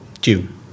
June